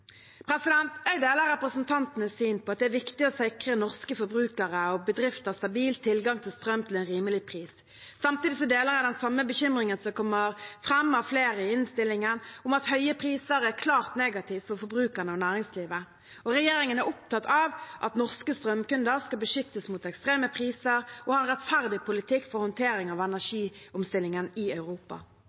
Jeg deler representantenes syn på at det er viktig å sikre norske forbrukere og bedrifter stabil tilgang til strøm til en rimelig pris. Samtidig deler jeg den samme bekymringen som kommer fram fra flere i innstillingen, om at høye priser er klart negativt for forbrukerne og næringslivet. Regjeringen er opptatt av at norske strømkunder skal beskyttes mot ekstreme priser, og av å ha en rettferdig politikk for håndtering av energiomstillingen i Europa.